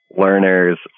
Learners